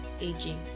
aging